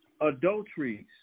Adulteries